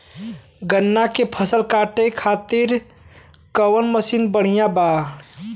गन्ना के फसल कांटे खाती कवन मसीन बढ़ियां बा?